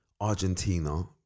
Argentina